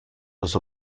los